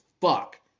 fuck